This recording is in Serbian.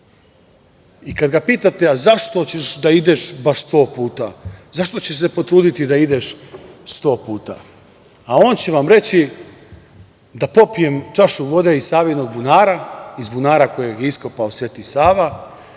i kada ga pitate – zašto će da ideš baš 100 puta, zašto ćeš se potruditi da ideš 100 puta, a on će vam reći – da popijem čašu vode iz Savinog bunara, iz bunara koji je iskopao Sveti Sava,